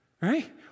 Right